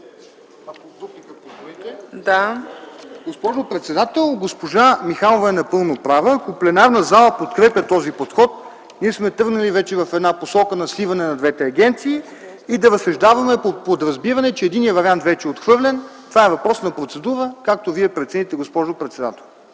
Госпожо председател, госпожа Михайлова е напълно права. Ако пленарната зала подкрепя този подход, ние сме тръгнали вече в посока на сливане на двете агенции, да разсъждаваме по подразбиране, че единият вариант вече е отхвърлен. Това е въпрос на процедура. Както прецените Вие, госпожо председател.